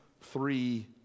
three